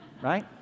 Right